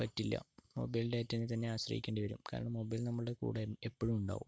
പറ്റില്ല മൊബൈൽ ഡാറ്റേനെത്തന്നെ ആശ്രയിക്കേണ്ടി വരും കാരണം മൊബൈൽ നമ്മുടെ കൂടെ എപ്പോഴും ഉണ്ടാകും